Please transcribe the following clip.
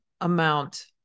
amount